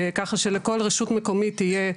ככה שלכל רשות מקומית יהיה,